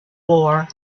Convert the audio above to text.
war